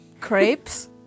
Crepes